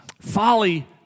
Folly